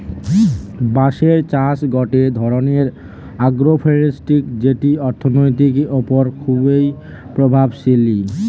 বাঁশের চাষ গটে ধরণের আগ্রোফরেষ্ট্রী যেটি অর্থনীতির ওপর খুবই প্রভাবশালী